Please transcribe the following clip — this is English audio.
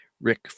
Rick